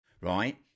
right